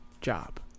job